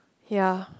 ya